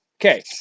Okay